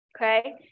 okay